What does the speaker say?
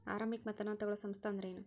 ಆರಂಭಿಕ್ ಮತದಾನಾ ತಗೋಳೋ ಸಂಸ್ಥಾ ಅಂದ್ರೇನು?